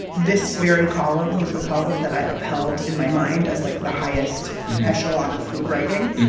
this very column was the column that i upheld in my mind as, like, the highest echelon of food writing.